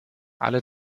alle